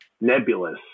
nebulous